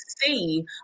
see